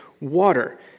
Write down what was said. water